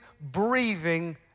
breathing